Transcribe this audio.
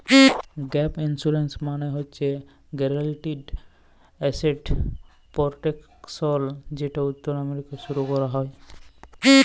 gap insurance মালে হছে guaranteed asset protection যেট উত্তর আমেরিকায় শুরু ক্যরা হ্যয়